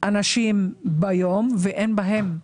אנשים ביום שאין בהם שמירה,